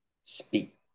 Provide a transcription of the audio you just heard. speak